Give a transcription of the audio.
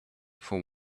for